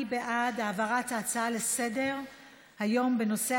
העברת הצעה דחופה לסדר-היום בנושא: